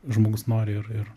žmogus nori ir ir